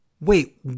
wait